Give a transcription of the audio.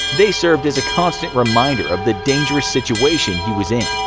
they served as a constant reminder of the dangerous situation he was in.